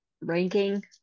ranking